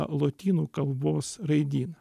lotynų kalbos raidyną